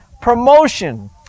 promotion